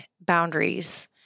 boundaries